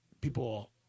people